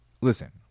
Listen